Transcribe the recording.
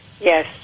Yes